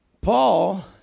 Paul